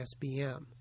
SBM